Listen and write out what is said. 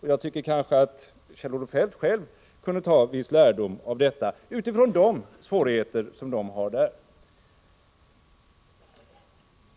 Och jag tycker kanske att Kjell-Olof Feldt själv kunde dra viss lärdom av de svårigheter som man har där.